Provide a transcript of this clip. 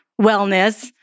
wellness